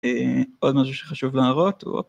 אה... עוד משהו שחשוב להראות...